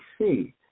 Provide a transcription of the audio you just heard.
see